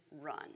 run